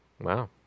Wow